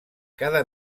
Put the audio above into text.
cada